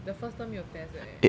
the first term 没有 test eh